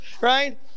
right